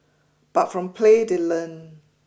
but from play they learn